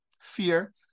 fear